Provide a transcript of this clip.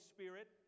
Spirit